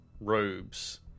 robes